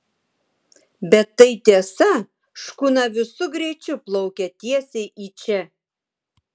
bet tai tiesa škuna visu greičiu plaukia tiesiai į čia